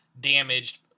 damaged